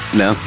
no